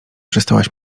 przestałaś